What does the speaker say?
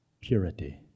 purity